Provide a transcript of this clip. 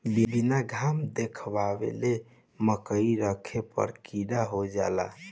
बीना घाम देखावले मकई रखे पर कीड़ा हो जाला